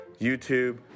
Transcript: YouTube